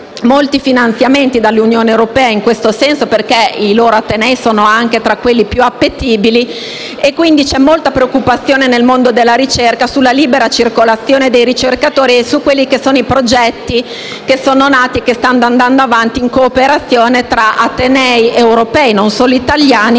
molti finanziamenti dall'Unione europea in tal senso, perché i loro atenei sono tra i più appetibili in Europa e quindi c'è molta preoccupazione nel mondo della ricerca sulla libera circolazione dei ricercatori e sui progetti che sono nati e stanno andando avanti in cooperazione tra atenei europei - quindi non solo italiani